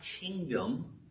kingdom